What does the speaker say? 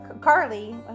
Carly